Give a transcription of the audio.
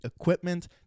equipment